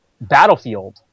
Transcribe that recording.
Battlefield